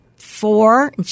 Four